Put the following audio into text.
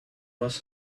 was